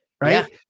right